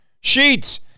Sheets